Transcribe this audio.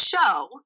show